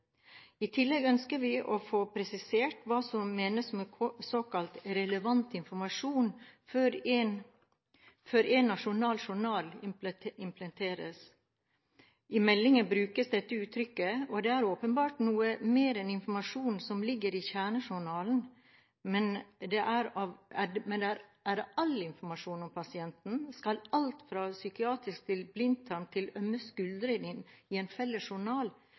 I tillegg ønsker vi å få presisert hva som menes med såkalt relevant informasjon før én nasjonal journal implementeres. I meldingen brukes dette uttrykket, og det er åpenbart noe mer enn informasjonen som ligger i kjernejournalen. Men er det all informasjon om pasienten? Skal alt fra psykiatri til blindtarm til ømme skuldre inn i en felles journal?